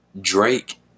Drake